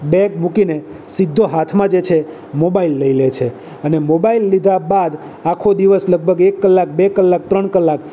bag મૂકીને સીધો હાથમાં જે છે મોબાઈલ લઈ લે છે અને મોબાઈલ લીધા બાદ આખો દિવસ લગભગ એક કલાક બે કલાક ત્રણ કલાક